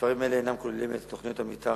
מספרים אלה אינם כוללים את תוכניות המיתאר